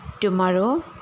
Tomorrow